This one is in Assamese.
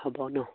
হ'ব ন